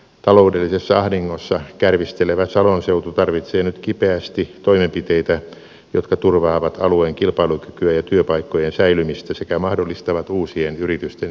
taloudellisessa ahdingossa kärvistelevä salon seutu tarvitsee nyt kipeästi toimenpiteitä jotka turvaavat alueen kilpailukykyä ja työpaikkojen säilymistä sekä mahdollistavat uusien yritysten syntymistä